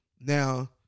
Now